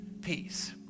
peace